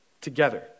together